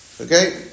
Okay